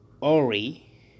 ori